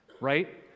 right